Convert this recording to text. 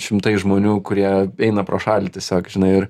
šimtai žmonių kurie eina pro šalį tiesiog žinai ir